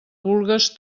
vulgues